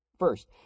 First